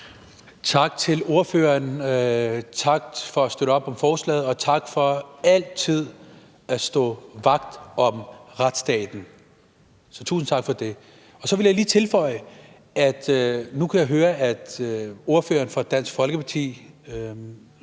Tak til ordføreren for at støtte forslaget, og tak for altid at stå vagt om retsstaten. Tusind tak for det. Jeg kunne høre, at ordføreren for Dansk Folkeparti,